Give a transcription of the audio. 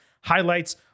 highlights